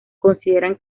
consideran